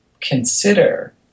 consider